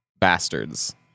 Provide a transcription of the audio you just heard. bastards